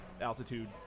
altitude